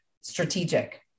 strategic